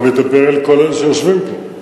אתה מדבר אל כל אלה שיושבים כאן.